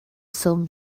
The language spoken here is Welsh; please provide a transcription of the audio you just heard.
swm